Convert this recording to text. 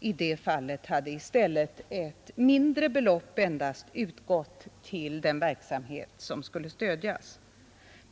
i det fallet hade i stället endast ett mindre belopp utgått till den verksamhet som skulle stödjas.